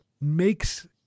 makes